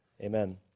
Amen